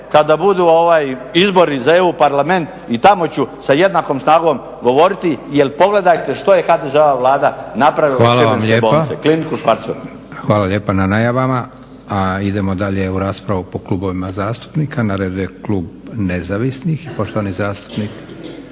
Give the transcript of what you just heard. kada budu izbori za EU parlament i tamo ću sa jednakom snagom govoriti jer pogledajte što je HDZ-ova Vlada napravila… **Leko, Josip (SDP)** Hvala. Hvala lijepa na najavama. A idemo dalje u raspravu po klubovima zastupnika. Na redu je Klub Nezavisnih, poštovani zastupnik